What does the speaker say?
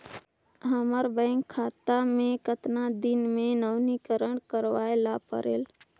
हमर बैंक खाता ले कतना दिन मे नवीनीकरण करवाय ला परेल?